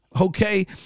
okay